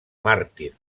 màrtir